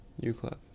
U-Club